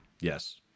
Yes